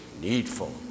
needful